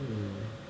hmm